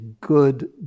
good